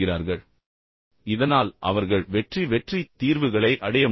அவர்கள் ஒத்துழைக்கிறார்கள் இதனால் அவர்கள் வெற்றி வெற்றி தீர்வுகளை அடைய முடியும்